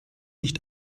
nicht